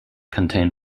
contain